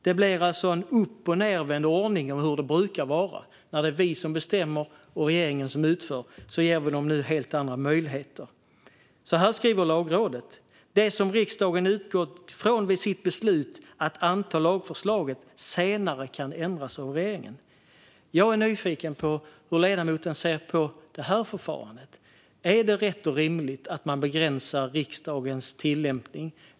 Det blir alltså en uppochnedvänd ordning jämfört med hur det brukar vara, nämligen att vi bestämmer och regeringen utför. Nu ger vi dem helt andra möjligheter. Lagrådet skriver att det som riksdagen utgått från vid sitt beslut att anta lagförslaget senare kan ändras av regeringen. Jag är nyfiken på hur ledamoten ser på det förfarandet. Är det rätt och rimligt att man begränsar riksdagens tillämpning?